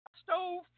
Stove